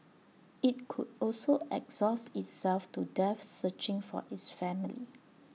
IT could also exhaust itself to death searching for its family